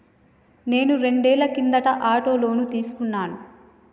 నేను రెండేళ్ల కిందట ఆటో లోను తీసుకున్నాను